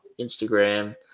Instagram